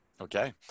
Okay